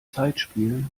zeitspiel